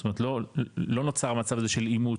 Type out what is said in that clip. זאת אומרת לא נוצר המצב הזה של עימות,